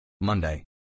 Monday